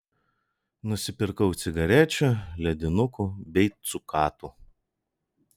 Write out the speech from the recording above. nusipirkau cigarečių ledinukų bei cukatų